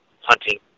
hunting